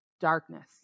darkness